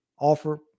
offer